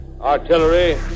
Artillery